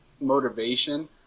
motivation